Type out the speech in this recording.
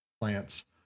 plants